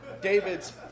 David's